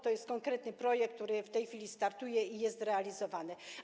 To jest konkretny projekt, który w tej chwili startuje i jest realizowany.